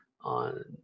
on